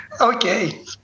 Okay